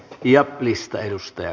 ja listaan